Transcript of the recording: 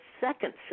second